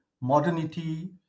modernity